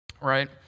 right